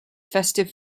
festive